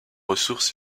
ressources